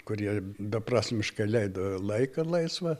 kurie beprasmiškai leido laiką laisvą